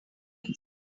noise